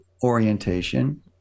orientation